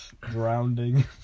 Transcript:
Drowning